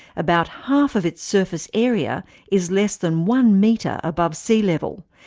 about half of its surface area is less than one metre above sea level,